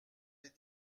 des